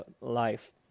life